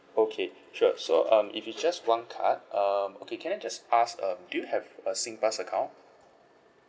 okay sure so um if it's just one card um okay can I just ask um do you have a singpass account